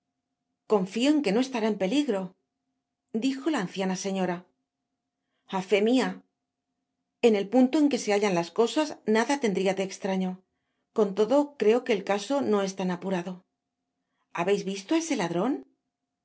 doctor confio que no estará en peligro dijo la anciana señora a fé mia lín el punto en que se hallan las cosas nada tendria de estraño con todo creo que el casona es tan apurado habeis visto á ese ladron